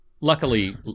Luckily